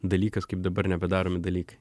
dalykas kaip dabar nebedaromi dalykai